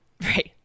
right